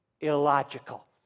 illogical